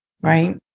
Right